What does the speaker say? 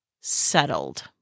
settled